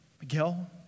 Miguel